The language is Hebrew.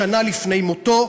שנה לפני מותו,